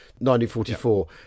1944